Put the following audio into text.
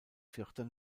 vierter